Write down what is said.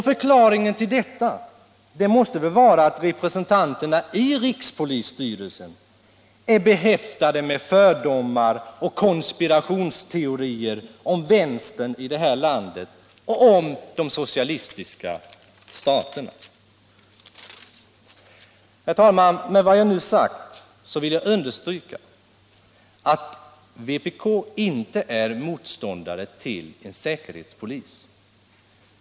Förklaringen till detta måste väl vara att representanterna i rikspolisstyrelsen är behäftade med fördomar och konspirationsteorier om vänstern i det här landet och om de socialistiska staterna. Herr talman! Jag vill understryka att vpk inte är motståndare till en säkerhetspolis.